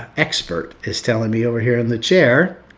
expert is telling me over here in the chair,